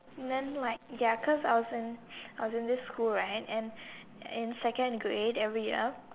then like ya cause I was in I was in this school right and and second grade every year